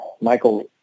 Michael